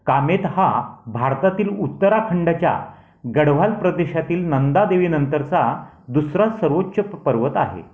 कामेत हा भारतातील उत्तराखंडाच्या गढवाल प्रदेशातील नंदादेवीनंतरचा दुसरा सर्वोच्च पर्वत आहे